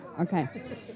Okay